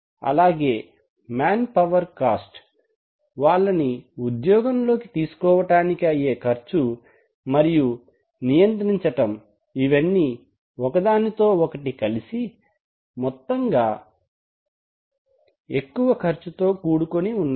అలాగే man power cost వాళ్లని ఉద్యోగంలోకి తీసుకోవడానికి అయ్యే ఖర్చు మరియు నియంత్రించటం ఇవన్నీ ఒకదానితో ఒకటి కలిసి మొత్తంగా ఎక్కువ ఖర్చు తో కూడుకుని ఉన్నాయి